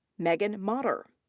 megan motter.